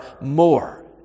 more